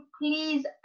please